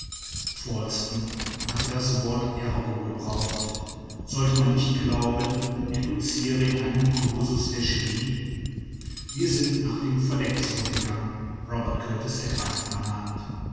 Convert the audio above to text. falsten hatte das wort ergo gebraucht sollte man nicht glauben er docire in einem cursus der chemie wir sind nach dem verdeck zurückgegangen robert kurtis ergreift meine hand